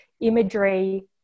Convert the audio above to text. imagery